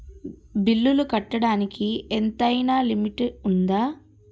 బిల్లులు కట్టడానికి ఎంతైనా లిమిట్ఉందా?